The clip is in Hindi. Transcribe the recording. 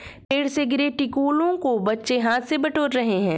पेड़ से गिरे टिकोलों को बच्चे हाथ से बटोर रहे हैं